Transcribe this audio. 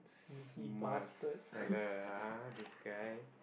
smart fella ah this guy